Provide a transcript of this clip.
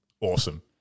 awesome